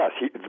yes